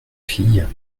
fille